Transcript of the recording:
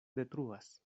detruas